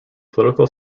political